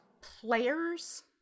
Players